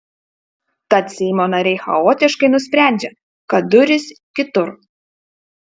tad seimo nariai chaotiškai nusprendžia kad durys kitur